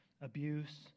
abuse